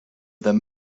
them